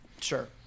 Sure